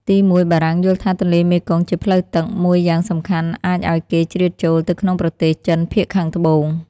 ទីមួយ បារាំងយល់ថាទន្លេមេគង្គជាផ្លូវទឹក មួយយ៉ាងសំខាន់អាចឱ្យគេជ្រៀតចូលទៅក្នុងប្រទេសចិនភាគខាងត្បូង។